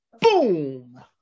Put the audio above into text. Boom